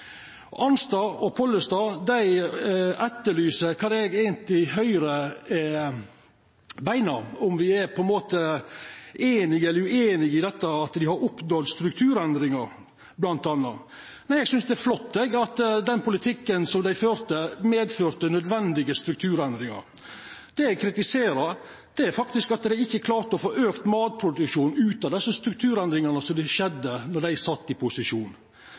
sjølv. Arnstad og Pollestad etterlyser kva me i Høgre eigentleg meiner, om me er einige eller ueinige i at dei har oppnådd strukturendringar, m.a. Eg synest det er flott at den politikken som dei førte, medførte nødvendige strukturendringar. Det eg kritiserer, er at dei ikkje har klart å auka matproduksjonen utan dei strukturendringane som skjedde då dei sat i posisjon. Eg synest det er veldig spesielt at dei – Senterpartiet, Arbeiderpartiet og SV – førte ein politikk då dei